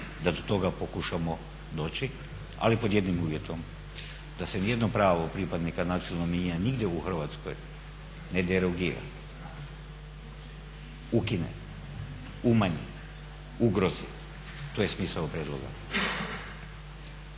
da do toga pokušamo doći. Ali pod jednim uvjetom, da se nijedno pravo pripadnika nacionalnih manjina nigdje u Hrvatskoj ne derogira, ukine, umanji, ugrozi. To je smisao prijedloga.